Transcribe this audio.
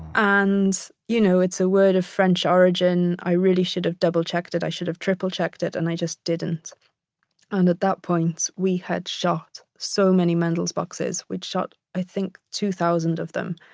and you know, it's a word of french origin. i really should have double-checked it. i should have triple checked it and i just didn't and at that point, we had shot so many mendl's boxes, which shot i think two thousand of them,